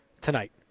tonight